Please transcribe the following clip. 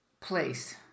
place